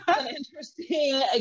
interesting